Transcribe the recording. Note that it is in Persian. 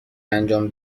انجام